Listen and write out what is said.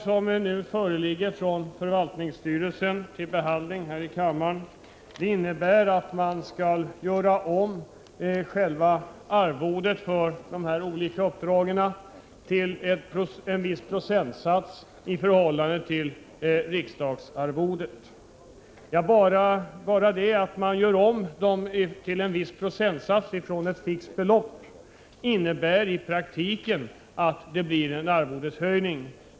Det förslag från förvaltningsstyrelsen som nu föreligger till behandling här i kammaren innebär att arvodena för de olika uppdragen skall göras om till en viss procent av riksdagsarvodet. Bara det att man gör om tilläggsarvodet från ett visst belopp till en viss procentsats i förhållande till riksdagsarvodet innebär i praktiken en arvodeshöjning.